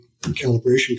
calibration